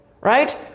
right